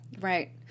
Right